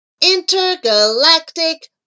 Intergalactic